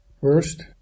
First